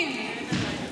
באמת מאות חיילים,